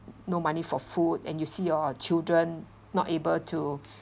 no money for food and you see your children not able to